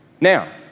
Now